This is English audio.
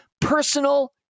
personal